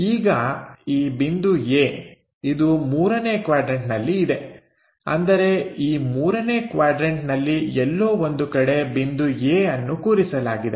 ಈಗ ಈ ಬಿಂದು A ಇದು ಮೂರನೇ ಕ್ವಾಡ್ರನ್ಟನಲ್ಲಿ ಇದೆ ಅಂದರೆ ಈ ಮೂರನೇ ಕ್ವಾಡ್ರನ್ಟನಲ್ಲಿ ಎಲ್ಲೋ ಒಂದು ಕಡೆ ಬಿಂದು A ಅನ್ನು ಕೂರಿಸಲಾಗಿದೆ